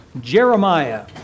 Jeremiah